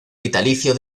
vitalicio